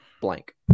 blank